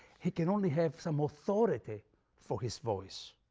he can only have some authority for his voice